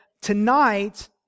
Tonight